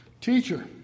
Teacher